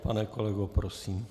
Pane kolego, prosím.